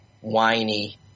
whiny